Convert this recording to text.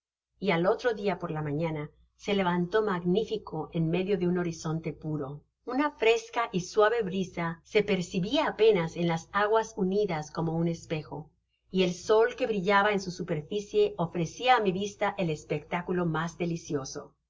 y al otro dia por la mañana se levantó magnifico en medio de un horizonte puro una fresca y suave brisa se percibia apenas en las aguas unidas como un espejo y el sol que brillaba en su superficie ofrecia á mi vista el espectáculo mas delicioso